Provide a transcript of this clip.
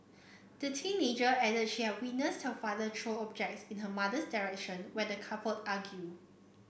the teenager added she witnessed her father throw objects in her mother's direction when the couple argued